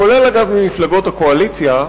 כולל, אגב, ממפלגות הקואליציה,